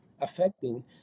affecting